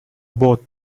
both